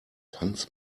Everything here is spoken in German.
tanz